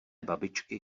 babičky